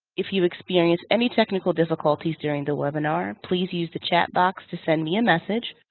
if you experience any technical difficulties during the webinar, please use the chat box to send me a message,